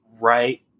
right